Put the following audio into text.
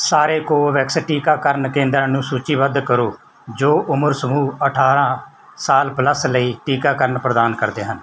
ਸਾਰੇ ਕੋਵੋਵੈਕਸ ਟੀਕਾਕਰਨ ਕੇਂਦਰਾਂ ਨੂੰ ਸੂਚੀਬੱਧ ਕਰੋ ਜੋ ਉਮਰ ਸਮੂਹ ਅਠਾਰ੍ਹਾਂ ਸਾਲ ਪਲੱਸ ਲਈ ਟੀਕਾਕਰਨ ਪ੍ਰਦਾਨ ਕਰਦੇ ਹਨ